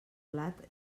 blat